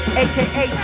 aka